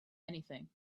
anything